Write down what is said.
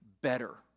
better